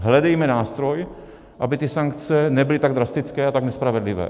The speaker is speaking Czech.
Hledejme nástroj, aby ty sankce nebyly tak drastické a tak nespravedlivé.